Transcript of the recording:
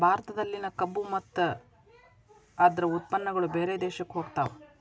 ಭಾರತದಲ್ಲಿನ ಕಬ್ಬು ಮತ್ತ ಅದ್ರ ಉತ್ಪನ್ನಗಳು ಬೇರೆ ದೇಶಕ್ಕು ಹೊಗತಾವ